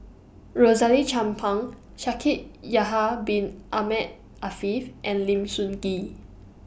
Rosaline Chan Pang Shaikh Yahya Bin Ahmed Afifi and Lim Sun Gee